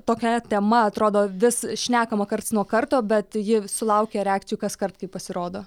tokia tema atrodo vis šnekama karts nuo karto bet ji sulaukia reakcijų kaskart kai pasirodo